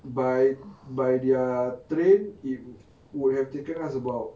by by their train it would have taken us about